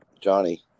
Johnny